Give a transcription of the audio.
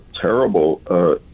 terrible